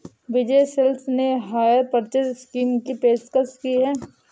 विजय Sales ने hire purchase scheme की पेशकश की हैं